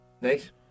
Nice